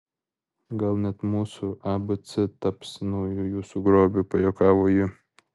gal net mūsų abc taps nauju jūsų grobiu pajuokavo ji